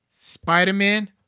Spider-Man